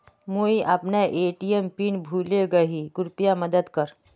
मुई अपना ATM pin भूले गही कृप्या मदद कर